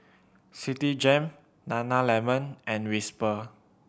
Citigem Nana Lemon and Whisper